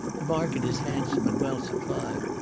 the market is handsome and well supplied,